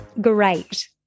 great